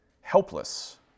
helpless